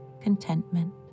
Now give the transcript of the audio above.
contentment